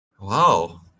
Wow